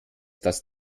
dass